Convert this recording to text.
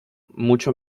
mucho